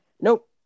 Nope